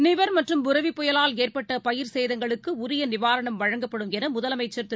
நிவர் மற்றும் புரெவி புயலால் ஏற்பட்ட பயிர் சேதங்களுக்கு உரிய நிவாரணம் வழங்கப்படும் என முதலமைச்சர் திரு